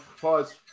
pause